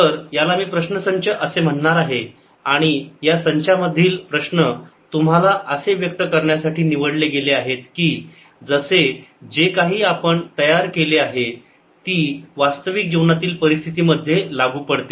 तर याला मी प्रश्नसंच असे म्हणणार आहे आणि या संच्यामधील प्रश्न तुम्हाला असे व्यक्त करण्यासाठी निवडले गेलेले आहेत की जसे जे काही आपण तयार केले आहे ती वास्तविक जीवनातील परिस्थितीमध्ये लागू पडते